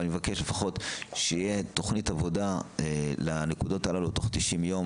אני מבקשת לפחות שתהיה תוכנית עבודה לנקודות הללו תוך 90 יום,